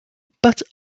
but